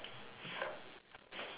ya this difference K done let's go